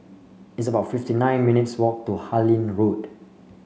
it's about fifty nine minutes' walk to Harlyn Road